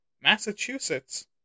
Massachusetts